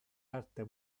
arte